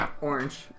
Orange